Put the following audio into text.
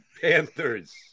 Panthers